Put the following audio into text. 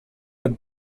had